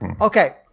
Okay